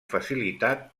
facilitat